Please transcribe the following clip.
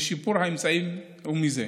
ושיפור האמצעים מזה.